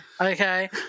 okay